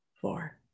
four